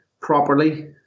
properly